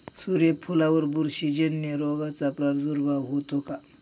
सूर्यफुलावर बुरशीजन्य रोगाचा प्रादुर्भाव होतो का?